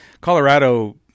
Colorado